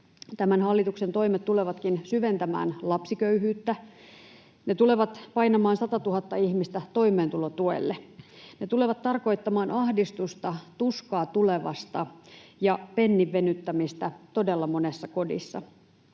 Tämän hallituksen toimet tulevatkin syventämään lapsiköyhyyttä. Ne tulevat painamaan 100 000 ihmistä toimeentulotuelle. Ne tulevat tarkoittamaan ahdistusta, tuskaa tulevasta ja penninvenyttämistä todella monessa kodissa.